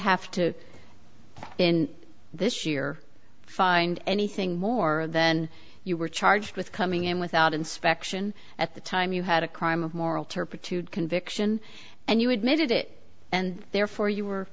have to in this year find anything more then you were charged with coming in without inspection at the time you had a crime of moral turpitude conviction and you admitted it and therefore you were